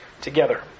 together